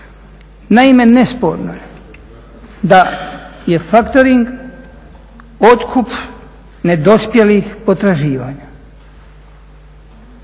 Naime, nesporno je da je faktoring otkup nedospjelih potraživanja